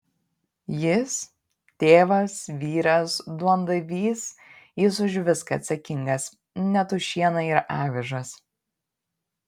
jis tėvas vyras duondavys jis už viską atsakingas net už šieną ir avižas